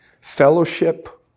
Fellowship